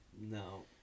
no